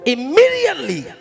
Immediately